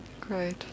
great